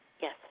Yes